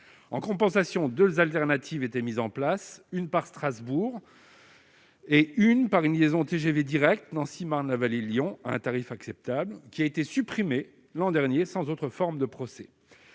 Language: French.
en compensation, 2 alternatives étaient mis en place une part Strasbourg. Et une par une liaison TGV directe Nancy Marne-la-Vallée, Lyon un tarif acceptable qui a été supprimé l'an dernier, sans autre forme de procès